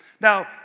Now